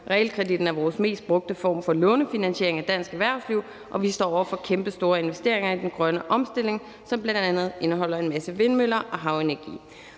Realkreditten er vores mest brugte form for lånefinansiering af dansk erhvervsliv, og vi står over for kæmpestore investeringer i den grønne omstilling, som bl.a. indeholder en masse vindmøller og havenergi«.